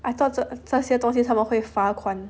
I thought 这些东西他们会罚款